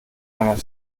einer